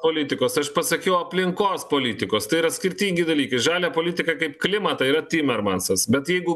politikos aš pasakiau aplinkos politikos tai yra skirtingi dalykai žalią politiką kaip klimatą yra timermansas bet jeigu